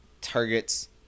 targets